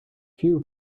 few